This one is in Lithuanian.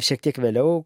šiek tiek vėliau